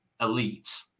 elite